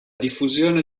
diffusione